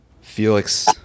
Felix